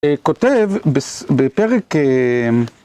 כותב בפרק...